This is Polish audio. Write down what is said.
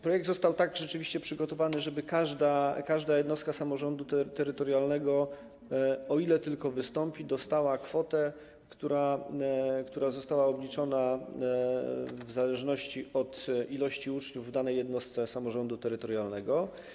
Projekt został rzeczywiście tak przygotowany, żeby każda jednostka samorządu terytorialnego, o ile tylko o to wystąpi, dostała kwotę, która została obliczona w zależności od liczby uczniów w danej jednostce samorządu terytorialnego.